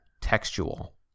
textual